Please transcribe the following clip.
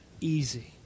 easy